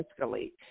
escalate